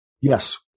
Yes